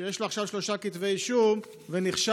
שיש לו עכשיו שלושה כתבי אישום ונכשל